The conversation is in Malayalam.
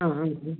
ആ ആ ആ